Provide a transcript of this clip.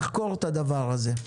אנחנו עוד נחקור את הדבר הזה.